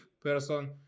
person